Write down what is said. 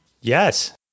Yes